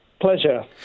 Pleasure